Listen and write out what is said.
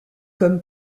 comme